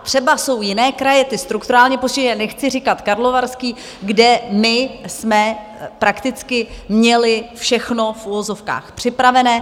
Třeba jsou jiné kraje, ty strukturálně postižené, nechci říkat Karlovarský, kde my jsme prakticky měli všechno v uvozovkách připravené.